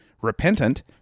repentant